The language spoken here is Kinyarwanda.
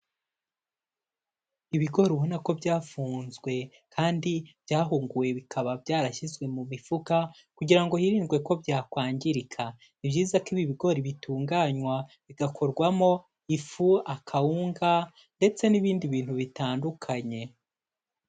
Ibigori ubona ko byafunzwe kandi byahunguwe bikaba byarashyizwe mu mifuka kugira ngo hirindwe ko byakwangirika, ni ibyiza ko ibi bigori bitunganywa bigakorwamo ifu, akawunga ndetse n'ibindi bintu bitandukanye.